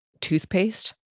toothpaste